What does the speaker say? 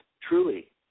truly